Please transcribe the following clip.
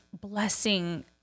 blessing